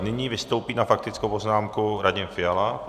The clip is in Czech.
Nyní vystoupí na faktickou poznámku Radim Fiala.